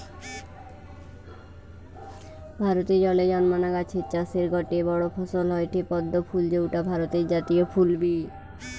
ভারতে জলে জন্মানা গাছের চাষের গটে বড় ফসল হয়ঠে পদ্ম ফুল যৌটা ভারতের জাতীয় ফুল বি